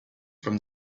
from